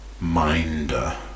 minder